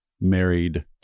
married